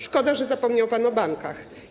Szkoda, że zapomniał pan o bankach.